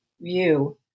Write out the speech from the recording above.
view